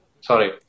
sorry